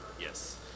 Yes